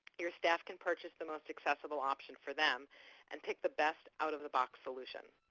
your staff can purchase the most accessible option for them and pick the best out-of-the-box solution.